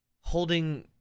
holding